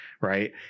right